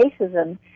racism